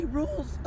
rules